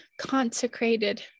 consecrated